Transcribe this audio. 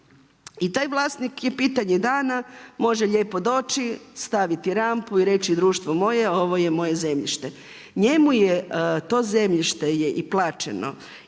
I taj vlasnik je pitanje dana, može lijepo doći, staviti rampu i reći društvo moje, ovo je moje zemljište. Njemu je to zemljište i plaćeno,